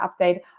update